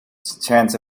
chance